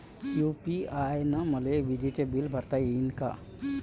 UPI न मले विजेचं बिल भरता यीन का?